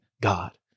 God